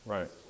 Right